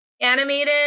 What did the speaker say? Animated